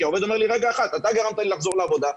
כי העובד אומר לי: אתה גרמת לי לחזור לעבודה,